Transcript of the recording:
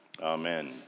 Amen